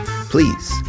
Please